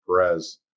Perez